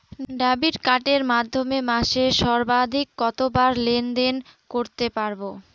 Debit কার্ডের মাধ্যমে মাসে সর্বাধিক কতবার লেনদেন করতে পারবো?